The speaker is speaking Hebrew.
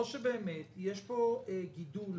או שבאמת יש פה גידול,